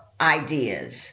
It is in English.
ideas